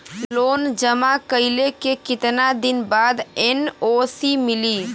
Loan जमा कइले के कितना दिन बाद एन.ओ.सी मिली?